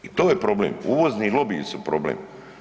I to je problem, uvozni lobiji su problem.